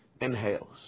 inhales